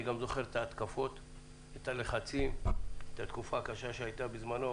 אני זוכר גם את הלחצים שהוא עמד בהם.